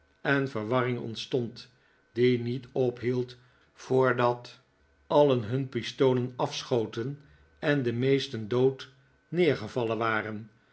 en verwarring ontstond die niet ophield voordat alien hun pistolen afschoten en de meesten dood neergevallen waren